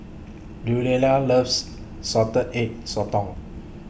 Luella loves Salted Egg Sotong